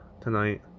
tonight